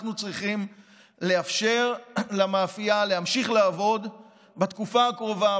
אנחנו צריכים לאפשר למאפייה להמשיך לעבוד בתקופה הקרובה,